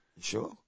Sure